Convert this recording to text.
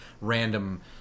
random